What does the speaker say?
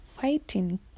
fighting